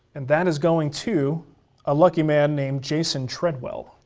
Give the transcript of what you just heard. and that is going to a lucky man named jason treadwell.